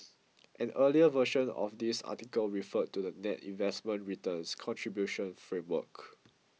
an earlier version of this article referred to the net investment returns contribution framework